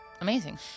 Amazing